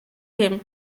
him